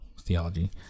theology